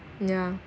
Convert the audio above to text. ya